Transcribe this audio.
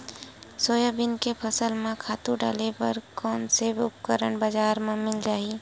Soybean के फसल म खातु डाले बर कोन से उपकरण बजार म मिल जाहि?